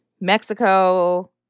Mexico